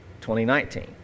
2019